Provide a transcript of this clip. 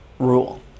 rule